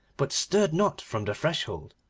but stirred not from the threshold.